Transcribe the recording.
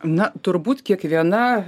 na turbūt kiekviena